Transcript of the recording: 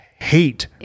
hate